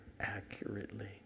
accurately